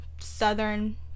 Southern